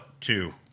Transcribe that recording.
two